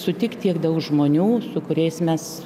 sutikt tiek daug žmonių su kuriais mes